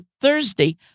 Thursday